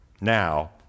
now